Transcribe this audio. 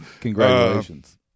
Congratulations